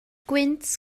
gwynt